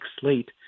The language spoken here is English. slate